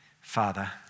Father